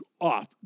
off